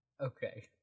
Okay